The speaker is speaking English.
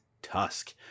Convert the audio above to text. Tusk